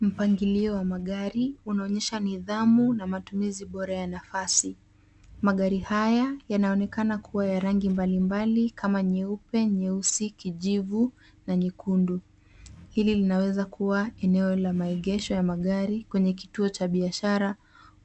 Mpangilio wa magari unaonyesha nidhamu na matumizi bora ya nafasi. Magari haya yanaonekana kuwa ya rangi mbalimbali kama nyeupe, nyeusi, kijivu na nyekundu. Hili linaweza kuwa eneo la maegesho ya magari kwenye kituo cha biashara,